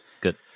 Good